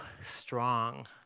strong